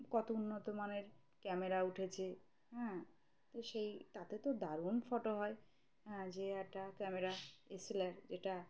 কত উন্নত মানের ক্যামেরা উঠেছে হ্যাঁ তো সেই তাতে তো দারুণ ফটো হয় হ্যাঁ যে একটা ক্যামেরা এসএলআর যেটা